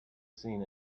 seen